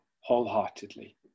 wholeheartedly